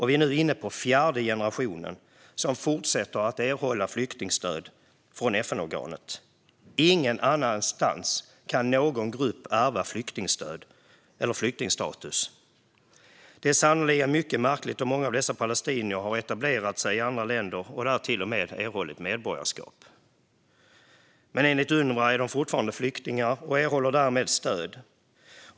Vi är nu inne på fjärde generationen som fortsätter att erhålla flyktingstöd från FN-organet. Ingen annanstans kan någon grupp ärva flyktingstatus. Det är sannerligen mycket märkligt då många av dessa palestinier har etablerat sig i andra länder, där de till och med har erhållit medborgarskap. Men enligt Unrwa är de fortfarande flyktingar och erhåller därmed stöd.